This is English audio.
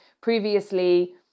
previously